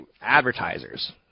advertisers